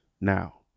now